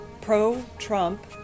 pro-Trump